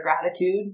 gratitude